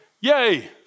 yay